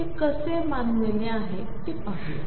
ते कसे बांधलेले आहे ते पाहूया